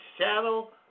shadow